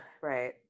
right